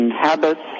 habits